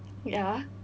ya